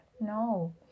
no